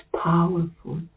powerful